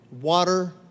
Water